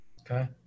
Okay